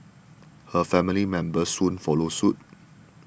her family members soon followed suit